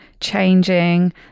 changing